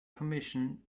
permission